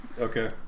Okay